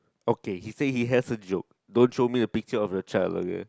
okay he said he has a joke don't show me the picture of a child okay